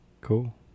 cool